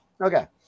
okay